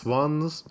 one's